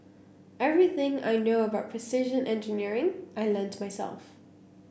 everything I know about precision engineering I learnt myself